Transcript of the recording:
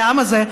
על העם הזה,